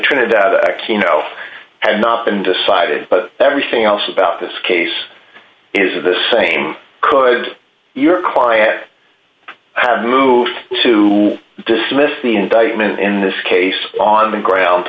trinidad aquino had not been decided but everything else about this case is the same could your client have moved to dismiss the indictment in this case on the ground